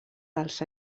dels